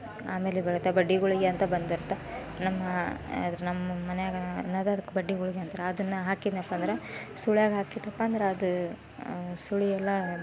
ಆಮೇಲೆ ಬೆಳೀತಾ ಬಡಿ ಗುಳಿಗೆ ಅಂತ ಬಂದಿರ್ತಾ ನಮ್ಮಇದ್ರ ನಮ್ಮ ಮನೆಯಾಗ ಅನ್ನೋದದಕ್ಕೆ ಬಡಿ ಗುಳಿಗೆ ಅಂತಾರ ಅದನ್ನು ಹಾಕಿದೆನಪ್ಪ ಅಂದ್ರೆ ಸುಳ್ಯಾಗ ಹಾಕಿತ್ತಪ್ಪ ಅಂದ್ರೆ ಅದು ಸುಳಿ ಎಲ್ಲ